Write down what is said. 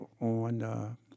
on